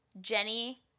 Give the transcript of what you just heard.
Jenny